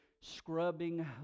scrubbing